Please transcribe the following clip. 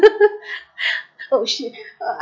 oh shit uh